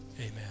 amen